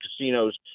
casinos